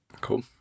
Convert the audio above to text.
Cool